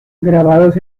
grabados